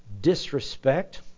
disrespect